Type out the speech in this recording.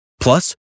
Plus